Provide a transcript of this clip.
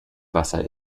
wasser